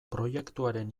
proiektuaren